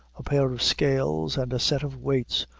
a pair of scales, and a set of weights,